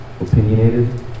opinionated